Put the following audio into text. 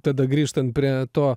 tada grįžtant prie to